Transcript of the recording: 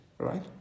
right